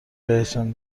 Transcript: بهتون